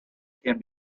can